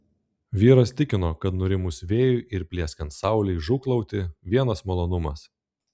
vyras tikino kad nurimus vėjui ir plieskiant saulei žūklauti vienas malonumas